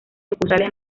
sucursales